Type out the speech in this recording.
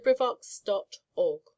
librivox.org